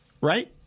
Right